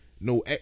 no